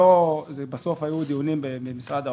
דיונים במשרד האוצר,